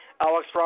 Alex